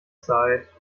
zeit